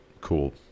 Cool